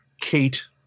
Kate